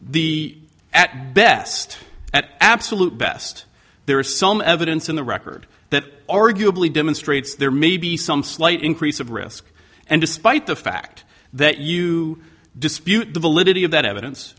at best at absolute best there is some evidence in the record that arguably demonstrates there may be some slight increase of risk and despite the fact that you dispute the validity of that evidence